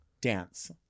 dance